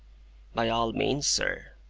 by all means, sir.